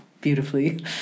beautifully